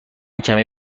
کمی